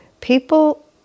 People